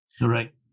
Right